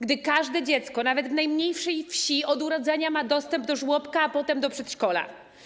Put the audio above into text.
Gdy każde dziecko, nawet w najmniejszej wsi, od urodzenia ma dostęp do żłobka, a potem do przedszkola.